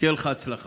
שתהיה לך הצלחה,